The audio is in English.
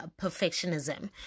perfectionism